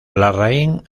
larraín